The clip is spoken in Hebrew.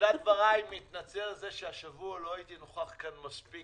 בתחילת דבריי מתנצל שהשבוע לא הייתי נוכח כאן מספיק,